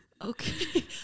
okay